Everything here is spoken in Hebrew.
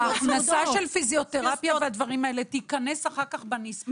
ההכנסה של פיזיותרפיה בדברים האלה תיכנס אחר כך בנספח.